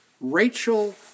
Rachel